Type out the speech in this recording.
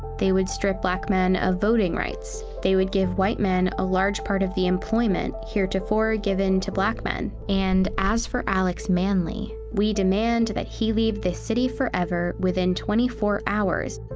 they would strip black men of voting rights. they would give white men a large part of the employment heretofore given to black men. and as for alex manly. we demand that he leave this city forever within twenty-four hours.